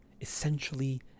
essentially